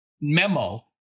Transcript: memo